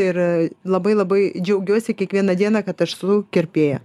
ir labai labai džiaugiuosi kiekvieną dieną kad esu kirpėja